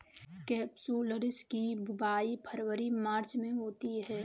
capsularis की बुवाई फरवरी मार्च में होती है